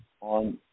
on